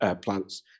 plants